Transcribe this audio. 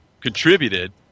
contributed